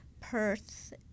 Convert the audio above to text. perth